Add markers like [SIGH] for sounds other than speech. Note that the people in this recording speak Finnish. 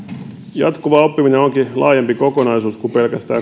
jatkuva oppiminen onkin laajempi kokonaisuus kuin pelkästään [UNINTELLIGIBLE]